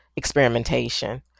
experimentation